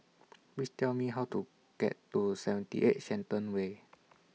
Please Tell Me How to get to seventy eight Shenton Way